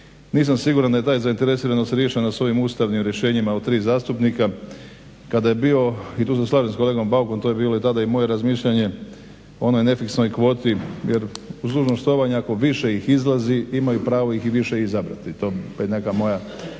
Nisam siguran da je ta zainteresiranost riješena sa ovim ustavnim rješenjima od 3 zastupnika. Kada je bio i tu se slažem s kolegom Baukom, to je bilo tada i moje razmišljanje, o onoj nefiksnoj kvoti jer uz dužno štovanje ako više ih izlazi imaju pravo ih više i izabrati. To je neka moja